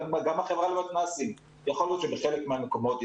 גם החברה למתנ"סים יכול להיות שבחלק מהמקומות היא